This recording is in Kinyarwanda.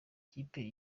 kipe